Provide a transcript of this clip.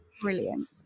brilliant